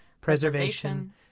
preservation